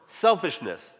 selfishness